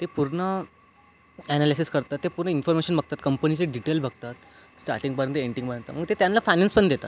ते पूर्ण ॲनलिसिस करतात तर ते पूर्ण इन्फोरमेशन बघतात कंपनीचे डिटेल बघतात स्टारटिंगपासून तर एंडिंगपर्यंत मग ते त्यांना फायनान्स पण देतात